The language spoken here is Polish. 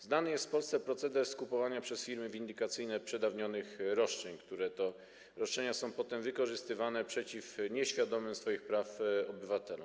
Znany jest w Polsce proceder skupowania przez firmy windykacyjne przedawnionych roszczeń, które to roszczenia są potem wykorzystywane przeciw nieświadomym swoich praw obywatelom.